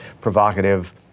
provocative